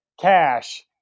cash